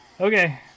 Okay